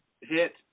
hit